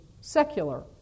secular